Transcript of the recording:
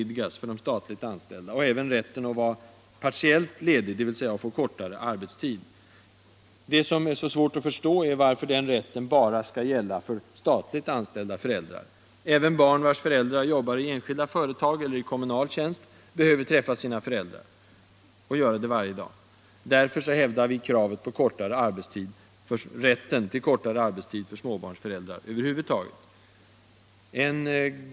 Detsamma gäller rätten att vara partiellt ledig, dvs. att få kortare arbetstid. Men det är 100 svårt att förstå varför den rätten bara skall gälla statligt anställda föräldrar. Även barn, vilkas föräldrar jobbar i enskilda företag eller är anställda i kommunal tjänst, behöver träffa sina föräldrar varje dag. Därför hävdar vi rätten till kortare arbetstid för småbarnsföräldrar över huvud taget.